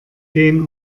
gehen